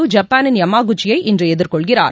ஐப்பானின் யமகுச்சியை இன்று எதிர்கொள்கிறார்